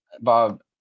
Bob